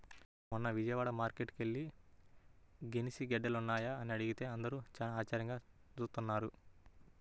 మొన్న విజయవాడ మార్కేట్టుకి యెల్లి గెనిసిగెడ్డలున్నాయా అని అడిగితే అందరూ చానా ఆశ్చర్యంగా జూత్తన్నారు